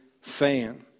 fan